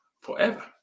forever